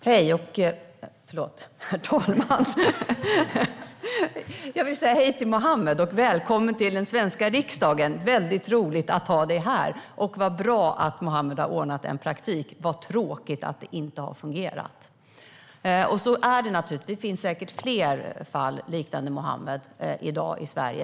Herr talman! Jag vill säga hej till Mohammed. Välkommen till den svenska riksdagen! Det är väldigt roligt att ha dig här. Och så bra att Mohammed har ordnat en praktikplats, men vad tråkigt att det inte har fungerat! Så är det naturligtvis. Det finns säkert fler fall i dag i Sverige som liknar Mohammeds.